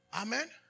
Amen